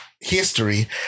history